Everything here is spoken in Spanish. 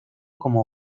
como